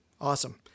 Awesome